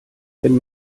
wenn